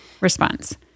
response